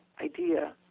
idea